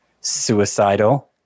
suicidal